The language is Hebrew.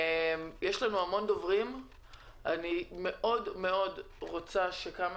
יש לנו רשימה ארוכה של דוברים ואני מאוד מאוד רוצה שכמה